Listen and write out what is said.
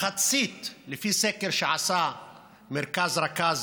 מחצית, לפי סקר שעשה מרכז רכאז